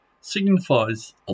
signifies